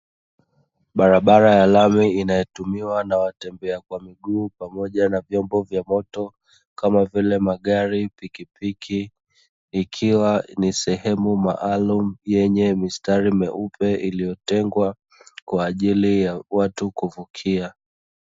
Barabara ya lami inayotumiwa na watembea kwa miguu pamoja na vyombo vya moto kama vile magari, pikipiki ikiwa ni sehemu maalumu yenye mistari meupe iliyotengwa kwa ajili ya watu kuvukia,